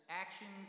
actions